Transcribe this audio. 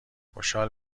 خوشحال